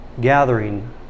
gathering